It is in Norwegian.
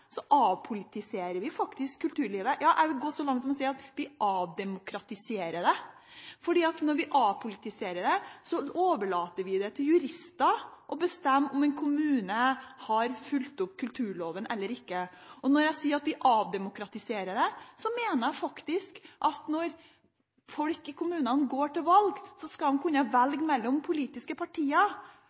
avpolitiserer vi faktisk kulturlivet – ja, jeg vil gå så langt som til å si at vi avdemokratiserer det, for når vi avpolitiserer det, overlater vi til jurister å bestemme om en kommune har fulgt opp kulturloven eller ikke. Når jeg sier at vi avdemokratiserer det, mener jeg faktisk at når folk i kommunene går til valg, skal de kunne velge mellom politiske partier.